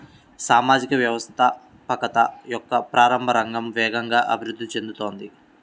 సామాజిక వ్యవస్థాపకత యొక్క ప్రారంభ రంగం వేగంగా అభివృద్ధి చెందుతోంది